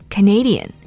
Canadian